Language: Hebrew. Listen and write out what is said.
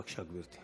בבקשה, גברתי.